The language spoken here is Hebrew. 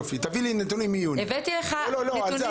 תביאי נתונים מיוני על זה.